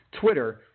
Twitter